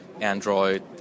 Android